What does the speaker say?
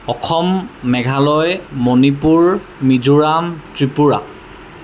Assam Meghalaya Manipur Mizoram Tripura